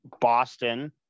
Boston